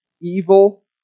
evil